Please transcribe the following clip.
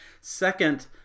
Second